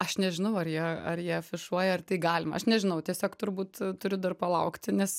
aš nežinau ar jie ar jie afišuoja ar tai galima aš nežinau tiesiog turbūt turiu dar palaukti nes